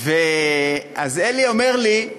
אז אלי אומר לי: